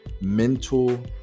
mental